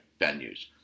venues